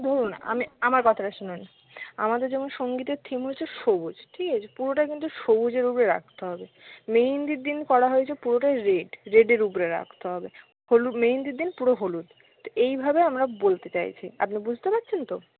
ধরুন আমি আমার কথাটা শুনুন আমাদের যেমন সঙ্গীতের থিম হচ্ছে সবুজ ঠিক আছে পুরোটা কিন্তু সবুজের ওপরে রাখতে হবে মেহেন্দির দিন করা হয়েছে পুরোটাই রেড রেডের উপরে রাখতে হবে মেহেন্দির দিন পুরো হলুদ তো এইভাবে আমরা বলতে চাইছি আপনি বুঝতে পারছেন তো